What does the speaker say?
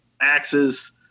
axes